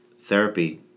therapy